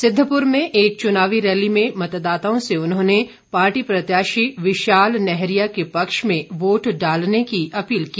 सिद्धपुर में एक चुनावी रैली में मतदाताओं से उन्होंने पार्टी प्रत्याशी विशाल नैहरिया के पक्ष में वोट डालने की अपील की